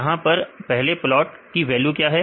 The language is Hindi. यहां पर पहले प्लॉट की वैल्यू क्या है